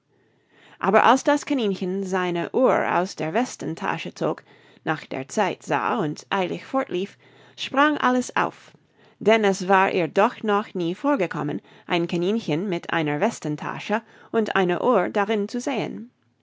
aber als das kaninchen seine uhr aus der westentasche zog nach der zeit sah und eilig fortlief sprang alice auf denn es war ihr doch noch nie vorgekommen ein kaninchen mit einer westentasche und eine uhr darin zu sehen